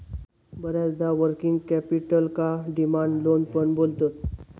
बऱ्याचदा वर्किंग कॅपिटलका demand loan पण बोलतत